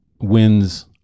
wins